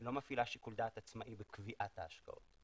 היא לא מפעילה שיקול דעת עצמאי בקביעת ההשקעות.